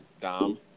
Dom